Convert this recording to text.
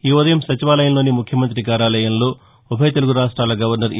ఈ ఉదయం సచివాలయంలోని ముఖ్యమంత్రి కార్యాలయంలో ఉభయ తెలుగు రాష్ట్రాల గవర్నర్ ఈ